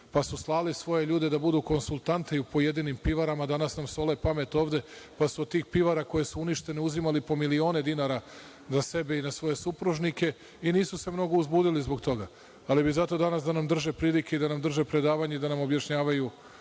pa su slali svoje ljude da budu konsultanti u pojedinim pivarama. Danas nam sole pamet ovde, pa su od tih pivara uzimali po milione dinara na sebe i na svoje supružnike i nisu se mnogo uzbudili zbog toga. Ali bi zato danas da nam drže pridike i da nam drže predavanja i da nam objašnjavaju